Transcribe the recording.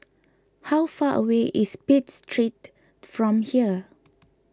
how far away is Pitt Street from here